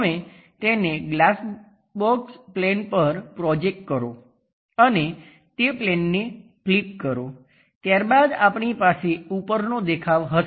હવે તેને glass box plane પર પ્રોજેક્ટ કરો અને તે પ્લેનને ફ્લિપ કરો ત્યારબાદ આપણી પાસે ઉપરનો દેખાવ હશે